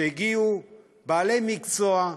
שהגיעו, בעלי מקצוע,